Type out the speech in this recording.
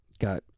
got